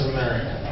America